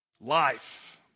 Life